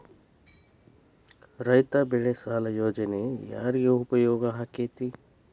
ರೈತ ಬೆಳೆ ಸಾಲ ಯೋಜನೆ ಯಾರಿಗೆ ಉಪಯೋಗ ಆಕ್ಕೆತಿ?